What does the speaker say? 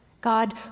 God